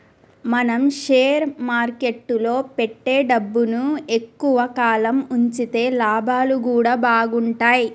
మనం షేర్ మార్కెట్టులో పెట్టే డబ్బుని ఎక్కువ కాలం వుంచితే లాభాలు గూడా బాగుంటయ్